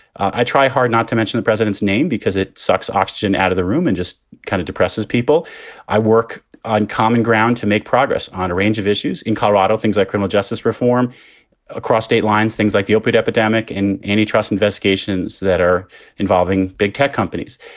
i try hard not to mention the president's name because it sucks oxygen out of the room and just kind of depresses people i work on common ground to make progress on a range of issues. in colorado, things like criminal justice reform across state lines, things like the opiate epidemic and. and investigations that are involving big tech companies.